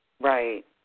Right